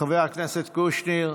חבר הכנסת קושניר,